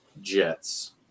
Jets